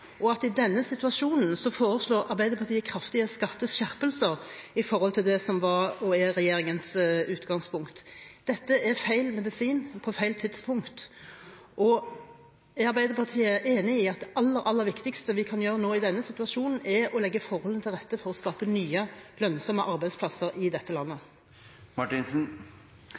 og at i denne situasjonen foreslår Arbeiderpartiet kraftige skatteskjerpelser i forhold til det som var og er regjeringens utgangspunkt? Dette er feil medisin på feil tidspunkt. Er Arbeiderpartiet enig i at det aller, aller viktigste vi kan gjøre i denne situasjonen, er å legge forholdene til rette for å skape nye lønnsomme arbeidsplasser i landet?